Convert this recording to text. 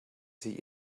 sie